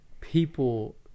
people